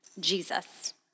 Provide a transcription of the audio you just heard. Jesus